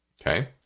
Okay